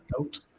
out